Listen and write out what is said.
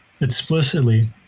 explicitly